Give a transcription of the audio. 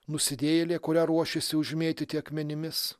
nusidėjėlė kurią ruošėsi užmėtyti akmenimis